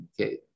Okay